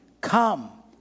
come